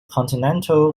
continental